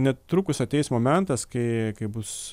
netrukus ateis momentas kai kai bus